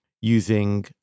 using